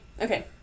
Okay